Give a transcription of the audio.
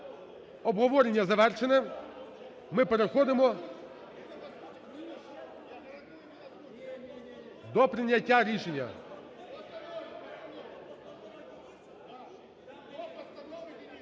Обговорення завершене, ми переходимо до прийняття рішення.